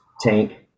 tank